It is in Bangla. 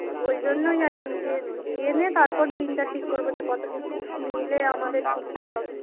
তো ওই জন্যই আর কি যে জেনে তারপর দিনটা ঠিক করব যে কত দিন ছুটি নিলে আমাদের ঠিকঠাক হবে